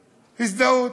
הזדהות,